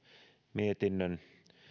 mietinnön